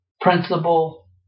principle